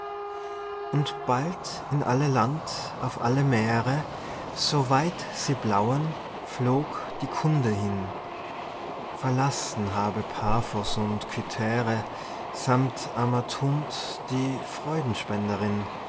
und bald in alle land auf alle meere so weit sie blauen flog die kunde hin verlassen habe paphos und cythere sammt amathunt die